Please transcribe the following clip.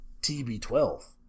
TB12